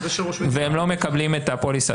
והם לא מקבלים את הפוליסה.